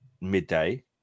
midday